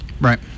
Right